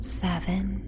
seven